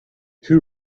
two